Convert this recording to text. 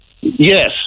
Yes